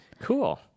Cool